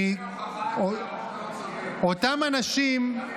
כי אותם אנשים --- קרעי,